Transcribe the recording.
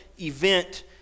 event